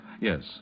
Yes